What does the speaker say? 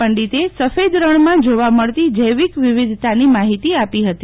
પંડિતે સફેદ રણમાં જોવા મળતી જૈવિક વિવિધતાની માહિતી આપી હતી